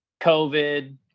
COVID